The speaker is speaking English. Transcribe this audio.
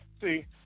See